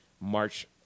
March